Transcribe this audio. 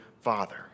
father